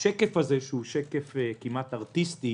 השקף הזה שהוא כמעט ארטיסטי